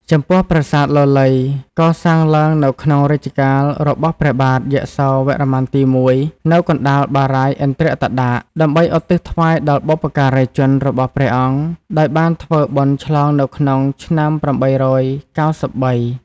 ចំពោះ ប្រាសាទលលៃ កសាងឡើងនៅក្នុងរជ្ជកាលរបស់ព្រះបាទយសោវរ្ម័នទី ១ នៅកណ្តាលបារាយណ៍ឥន្ទ្រតដាក ដើម្បីឧទ្ទិសថ្វាយដល់បុព្វការីជនរបស់ព្រះអង្គ ដោយបានធ្វើបុណ្យឆ្លងនៅក្នុងឆ្នាំ ៨៩៣ ។